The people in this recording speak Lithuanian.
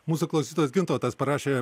mūsų klausytojas gintautas parašė